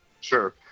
sure